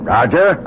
Roger